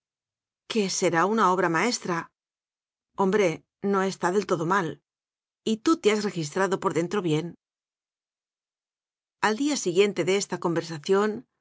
que será una obra maestra hombre no está del todo mal y tú te has registrado por dentro bien al día siguiente de esta conversación